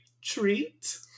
treat